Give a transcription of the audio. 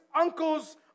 uncle's